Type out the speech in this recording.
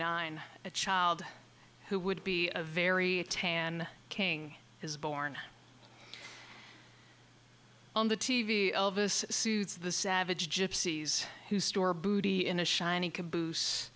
nine a child who would be a very tan king is born on the t v elvis suits the savage gypsies who store booty in a shiny caboose